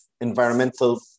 environmental